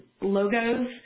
logos